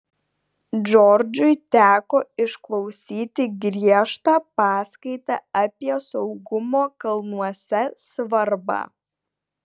džordžui teko išklausyti griežtą paskaitą apie saugumo kalnuose svarbą